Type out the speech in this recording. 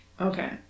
Okay